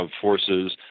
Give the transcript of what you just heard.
forces